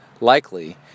likely